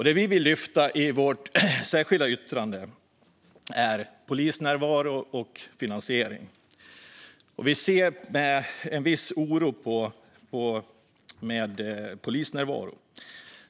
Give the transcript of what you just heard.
Det vi vill lyfta i vårt särskilda yttrande är polisnärvaro och finansiering. Vi ser med viss oro på polisnärvaron.